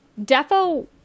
Defo